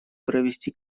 провести